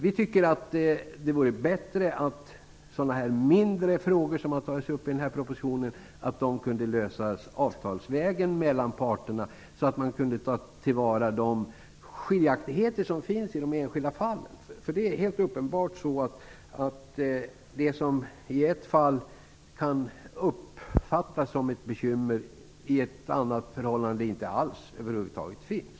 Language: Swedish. Vi tycker att det vore bättre om sådana mindre frågor som tagits upp i propositionen kunde lösas avtalsvägen mellan parterna. Då kan man ta till vara de skiljaktigheter som finns i de enskilda fallen. Det är uppenbart så att sådant som i ett fall kan uppfattas som ett bekymmer, i ett annat fall över huvud taget inte finns.